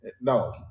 No